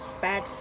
bad